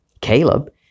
Caleb